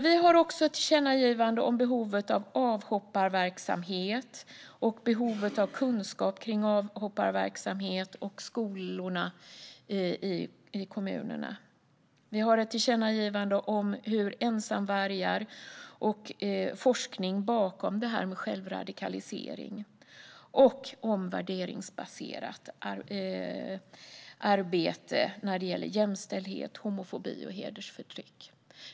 Vi har också ett tillkännagivande om behovet av avhopparverksamhet och behovet av kunskap om avhopparverksamhet och skolorna i kommunerna. Vi har ett tillkännagivande om ensamvargar och forskning om självradikalisering och om värderingsbaserat arbete när det gäller jämställdhet, homofobi och hedersförtryck.